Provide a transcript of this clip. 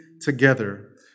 together